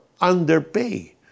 underpay